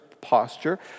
posture